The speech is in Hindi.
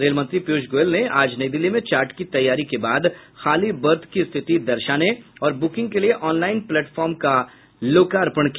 रेलमंत्री पीयूष गोयल ने आज नई दिल्ली में चार्ट की तैयारी के बाद खाली बर्थ की स्थिति दर्शाने और बुकिंग के लिए ऑनलाइन प्लेटफार्म का लोकार्पण किया